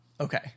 Okay